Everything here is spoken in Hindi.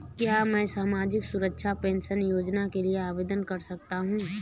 क्या मैं सामाजिक सुरक्षा पेंशन योजना के लिए आवेदन कर सकता हूँ?